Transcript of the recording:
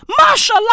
Martial